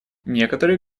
некоторые